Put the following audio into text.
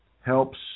helps